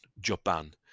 japan